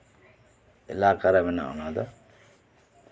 ᱮᱞᱟᱠᱟᱨᱮ ᱢᱮᱱᱟᱼᱟ ᱚᱱᱟ ᱫᱚ